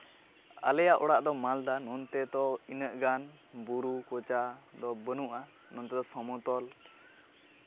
ᱟᱞᱮᱭᱟᱜ ᱚᱲᱟᱜ ᱫᱚ ᱢᱟᱞᱫᱟ ᱱᱚᱱᱛᱮ ᱫᱚ ᱤᱱᱟᱹᱜ ᱜᱟᱱ ᱵᱩᱨᱩ ᱠᱳᱪᱟ ᱫᱚ ᱵᱟᱹᱱᱩᱜᱼᱟ ᱱᱚᱛᱮ ᱫᱚ ᱥᱚᱢᱚᱛᱚᱞ